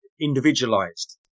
individualized